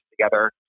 together